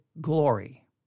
glory